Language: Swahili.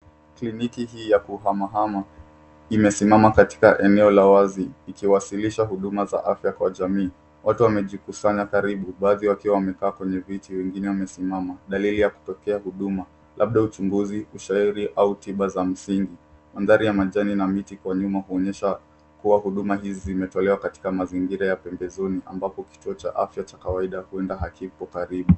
Kliniki hii ya kuhamahamu imesimama katika eneo la wazi. Ikiwasilisha huduma za afya kwa jamii. Watu wamejikusanya karibu baadhi wakiwa wamekaa kwenye viti wengine wamesimama. Dalili ya kutokea huduma labda uchunguzi ushairi au tiba za msingi. Madhari ya majani na miti kwa nyuma kuonyesha, kuwa huduma hizi zimetolewa katika mazingira ya pembezoni ambapo kituo cha afya cha kawaida huenda hakipo karibu.